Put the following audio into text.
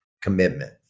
Commitment